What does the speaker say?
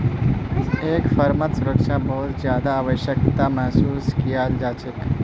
एक फर्मत सुरक्षा बहुत ज्यादा आवश्यकताक महसूस कियाल जा छेक